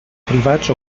privats